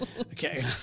Okay